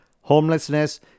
homelessness